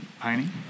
painting